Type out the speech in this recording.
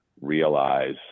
realize